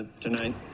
tonight